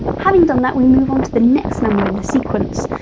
having done that, we move on to the next number in the sequence.